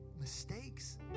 mistakes